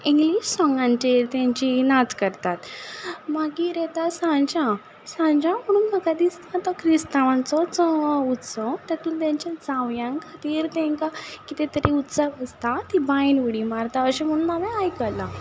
English सोंगांचेर तांचो नाच करतात मागीर येता सांज्यांव सांज्यांव म्हणून म्हाका दिसता तो क्रिस्तांवांचोच उत्सव तितून तांचें जांवयांक तेंकां किदें तरी उत्सव आसता तीं बांयन उडी मारता अशें म्हणून हांवें आयकलां